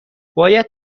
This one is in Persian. باید